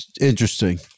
interesting